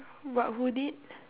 what who did